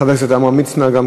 גם חבר הכנסת עמרם מצנע?